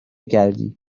کردی